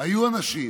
היו אנשים,